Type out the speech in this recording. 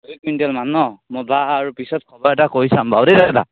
দুই কুইণ্টেলমান ন মই বাৰু পিছত খবৰ এটা কৰি চাম বাৰু দেই দাদা